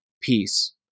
peace